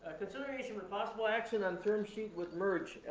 consideration with possible action on term sheet with merge,